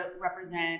represent